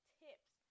tips